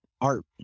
art